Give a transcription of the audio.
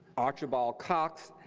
archibald cox,